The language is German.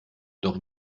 doch